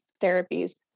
therapies